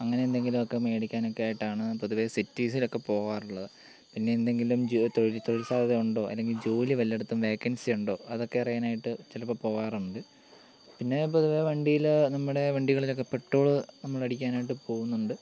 അങ്ങനെ എന്തെങ്കിലുമൊക്കെ മേടിക്കാനൊക്കെ ആയിട്ടാണ് പൊതുവെ സിറ്റിസിലൊക്കെ പോകാറുള്ളത് പിന്നെ എന്തെങ്കിലും ജോ തൊഴി തൊഴില് സാധ്യത ഉണ്ടോ അല്ലെങ്കിൽ ജോലി വല്ലയിടത്തും വേക്കൻസി ഉണ്ടോ അതൊക്കെ അറിയാനായിട്ട് ചിലപ്പോള് പോകാറുണ്ട് പിന്നെ പൊതുവെ വണ്ടിയിൽ നമ്മുടെ വണ്ടികളിലൊക്കെ പെട്രോള് നമ്മൾ അടിക്കാനായിട്ട് പോകുന്നുണ്ട്